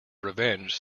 revenge